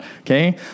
okay